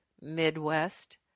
Midwest